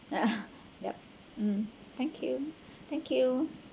yup mm thank you thank you